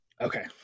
Okay